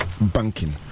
banking